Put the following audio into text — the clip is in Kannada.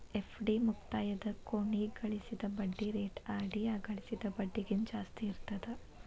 ಎಫ್.ಡಿ ಮುಕ್ತಾಯದ ಕೊನಿಗ್ ಗಳಿಸಿದ್ ಬಡ್ಡಿ ರೇಟ ಆರ್.ಡಿ ಯಾಗ ಗಳಿಸಿದ್ ಬಡ್ಡಿಗಿಂತ ಜಾಸ್ತಿ ಇರ್ತದಾ